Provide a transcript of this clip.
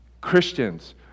Christians